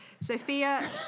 Sophia